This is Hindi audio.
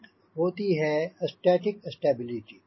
एक होती है स्टैटिक स्टेबिलिटी